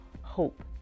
hope